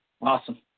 Awesome